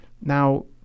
Now